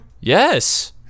yes